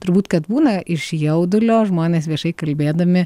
turbūt kad būna iš jaudulio žmonės viešai kalbėdami